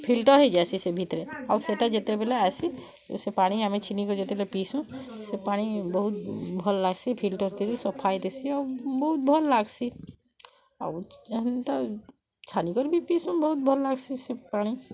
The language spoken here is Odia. ଫିଲ୍ଟର୍ ହେଇଯାସି ସେ ଭିତରେ ଆଉ ସେଟା ଯେତେବେଲେ ଆଏସି ସେ ପାଣି ଆମେ ଛିଣି କରି ଯେତେବେଳେ ପିସୁଁ ସେ ପାଣି ବହୁତ୍ ଭଲ୍ ଲାଗସି ଫିଲ୍ଟର୍ ଥିସି ସଫା ହେଇଥିସି ଆଉ ବହୁତ୍ ଭଲ୍ ଲାଗସି ଆଉ ଯେନ୍ତା ଛାଣି କରି ବି ପିସୁଁ ବହୁତ୍ ଭଲ୍ ଲାଗସି ସେ ପାଣି